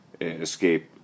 escape